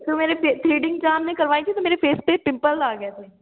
تو میں نے تھریڈنگ چارم میں کروائی تھی تو میرے فیس پہ پمپل آ گئے تھے